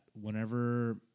whenever